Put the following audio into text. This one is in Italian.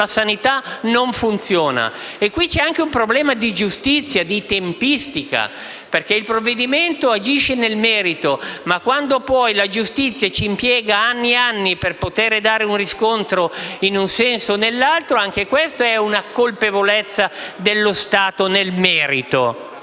la sanità non funziona. E qui sorge anche un problema di giustizia e di tempistica, perché il provvedimento agisce nel merito, ma quando poi la giustizia impiega anni e anni per dare un riscontro in un senso o nell'altro anche questa è una colpevolezza dello Stato nel merito.